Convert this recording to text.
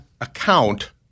account